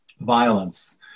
violence